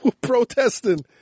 protesting